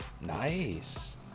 Nice